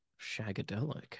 shagadelic